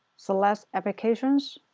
select applications,